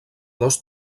dos